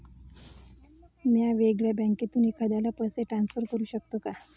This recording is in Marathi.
म्या वेगळ्या बँकेतून एखाद्याला पैसे ट्रान्सफर करू शकतो का?